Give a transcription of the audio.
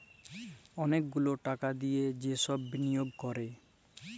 ম্যালা গুলা টাকা দিয়ে যে সব বিলিয়গ ক্যরে